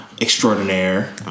extraordinaire